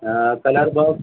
colour box